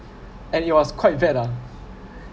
and it was quite bad ah